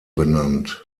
benannt